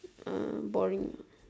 uh boring